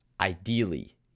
ideally